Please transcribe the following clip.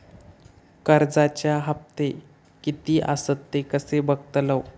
कर्जच्या हप्ते किती आसत ते कसे बगतलव?